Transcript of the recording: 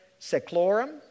seclorum